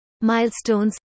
milestones